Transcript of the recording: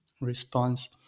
response